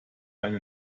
eine